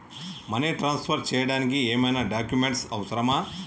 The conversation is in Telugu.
మనీ ట్రాన్స్ఫర్ చేయడానికి ఏమైనా డాక్యుమెంట్స్ అవసరమా?